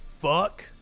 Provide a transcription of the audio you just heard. fuck